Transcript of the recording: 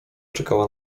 czekała